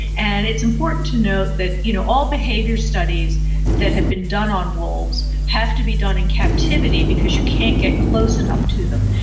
and it's important to note that you know all behavior studies that have been done on wolves have to be done in captivity because you can't get close enough to them.